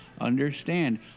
Understand